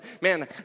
man